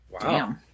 Wow